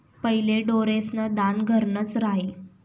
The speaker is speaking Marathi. पहिले ढोरेस्न दान घरनंच र्हाये